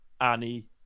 Annie